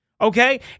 Okay